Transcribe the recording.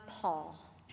Paul